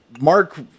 Mark